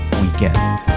weekend